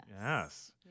Yes